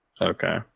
Okay